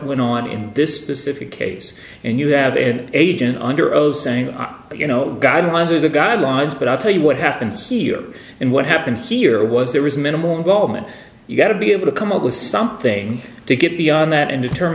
went on in this specific case and you have an agent under oath saying that you know guidelines are the guidelines but i'll tell you what happens here and what happened here was there was minimal involvement you got to be able to come up with something to get beyond that and determ